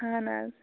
اَہَن حظ